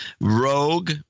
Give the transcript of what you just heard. Rogue